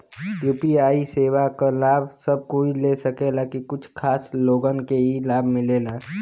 UPI सेवा क लाभ सब कोई ले सकेला की कुछ खास लोगन के ई लाभ मिलेला?